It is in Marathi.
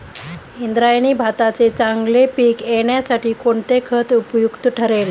इंद्रायणी भाताचे चांगले पीक येण्यासाठी कोणते खत उपयुक्त ठरेल?